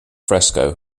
fresco